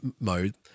mode